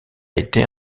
été